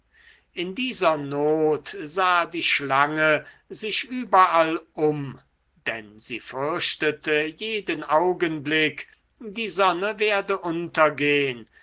in dieser not sah die schlange sich überall um denn sie fürchtete jeden augenblick die sonne werde untergehen